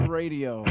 radio